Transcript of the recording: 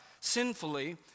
sinfully